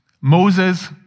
Moses